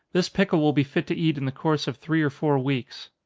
this pickle will be fit to eat in the course of three or four weeks.